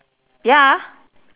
ya